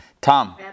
Tom